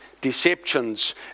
deceptions